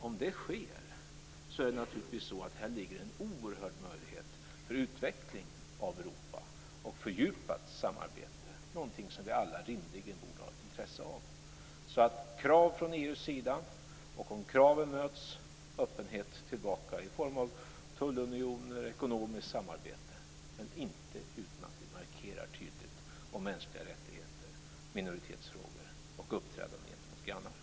Om det å andra sidan sker ligger här en oerhörd möjlighet för utveckling av Europa och för fördjupat samarbete, någonting som vi alla rimligen borde ha ett intresse av. Krav från EU:s sida, och om kraven möts, öppenhet tillbaka i form av tullunion, ekonomiskt samarbete, men inte utan att vi tydligt markerar de mänskliga rättigheterna och minoritetsfrågan och uppträdandet gentemot grannarna.